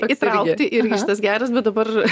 įtraukti irgi šitas geras bet dabar